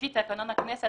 לפי תקנון הכנסת,